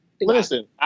Listen